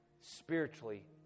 Spiritually